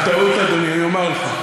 הטעות, אדוני, אני אומר לך: